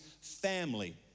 family